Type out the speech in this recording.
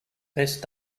best